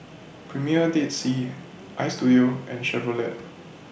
Premier Dead Sea Istudio and Chevrolet